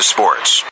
Sports